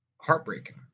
heartbreaking